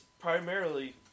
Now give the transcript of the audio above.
primarily